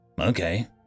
okay